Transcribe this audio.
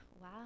wow